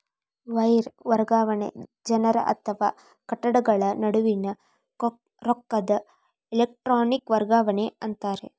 wire ವರ್ಗಾವಣೆ ಜನರ ಅಥವಾ ಘಟಕಗಳ ನಡುವಿನ್ ರೊಕ್ಕದ್ ಎಲೆಟ್ರೋನಿಕ್ ವರ್ಗಾವಣಿ ಅಂತಾರ